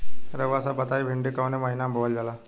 रउआ सभ बताई भिंडी कवने महीना में बोवल जाला?